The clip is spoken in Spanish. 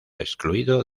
excluido